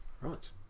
Right